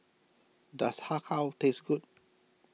does Har Kow taste good